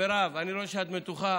מירב, אני רואה שאת מתוחה.